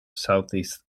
southeast